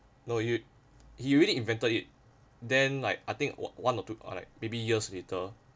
no you he really invented it then like I think one or two or like maybe years later